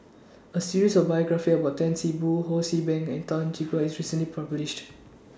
A series of biographies about Tan See Boo Ho See Beng and Tan Teik Boon was recently published